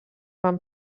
van